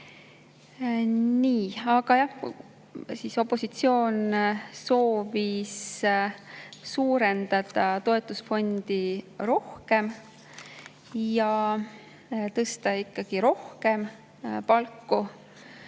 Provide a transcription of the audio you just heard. piisav. Aga jah, opositsioon soovis suurendada toetusfondi rohkem ja tõsta ikkagi rohkem palku.